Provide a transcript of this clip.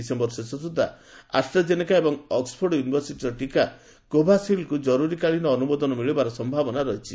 December ଶେଷ ସୁଦ୍ଧା AstraZeneca ଏବଂ ଅକ୍ସଫୋର୍ଡ ୟୁନିଭରସିଟିର ଟିକା କୋଭିଶିଲ୍ଡକୁ କରୁରୀକାଳୀନ ଅନୁମୋଦନ ମିଳିବାର ସମ୍ଭାବନା ରହିଛି